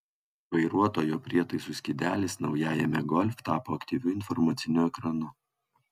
vairuotojo prietaisų skydelis naujajame golf tapo aktyviu informaciniu ekranu